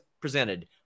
presented